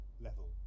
level